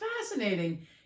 fascinating